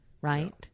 right